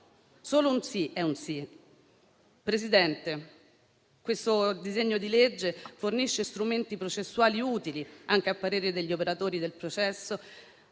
Solo un "sì" è un "sì". Presidente, questo disegno di legge fornisce strumenti processuali utili, anche a parere degli operatori del processo,